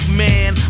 man